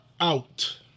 out